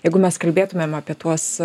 jeigu mes kalbėtumėm apie tuos